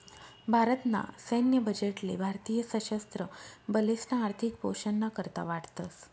भारत ना सैन्य बजेट ले भारतीय सशस्त्र बलेसना आर्थिक पोषण ना करता वाटतस